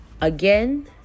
again